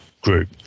Group